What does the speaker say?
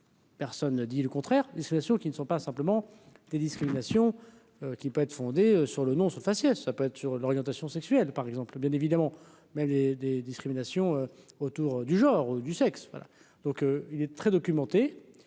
Personne ne dit le contraire, une situation qui ne sont pas simplement des discriminations qui peut être fondée sur le nom ce faciès, ça peut être sur l'orientation sexuelle, par exemple, le bien évidemment, mais les des discriminations autour du genre du sexe, voilà donc il est très documenté